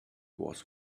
was